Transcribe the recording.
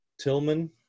Tillman